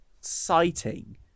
citing